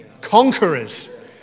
Conquerors